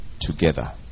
together